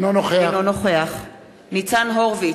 אינו נוכח ניצן הורוביץ,